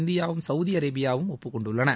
இந்தியாவும் சவூதி அரேபியாவும் ஒப்புக்கொண்டுள்ளன